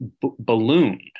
ballooned